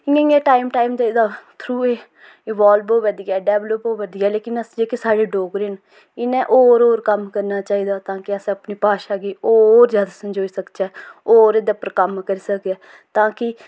इ'यां इ'यां गै टाइम टाइम दा थ्रू एह् इवाल्व होऐ दी ऐ डिवेल्प होऐ दी ऐ लेकिन अस जेह्के साढ़े डोगरी न इ'न्नै होर होर कम्म करना चाहिदा ताकि अस अपनी भाशा गी होर ज्यादा संजोई सकचै होर एह्दा पर कम्म करी सकै तांकि